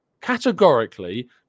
categorically